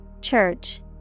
Church